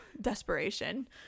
Desperation